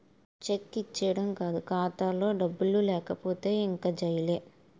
check ఇచ్చీడం కాదు ఖాతాలో డబ్బులు లేకపోతే ఇంక జైలే